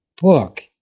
book